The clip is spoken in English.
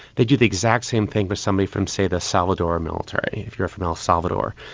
they do the exact same thing for somebody from say the salvador military if you're from el salvador.